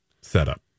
setup